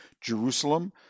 Jerusalem